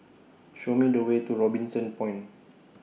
Show Me The Way to Robinson Point